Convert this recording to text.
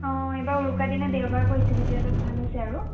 অঁ এইবাৰ উৰুকা দিনা দেওবাৰ পৰিছে সেইটো এটাত ভাল হৈছে আৰু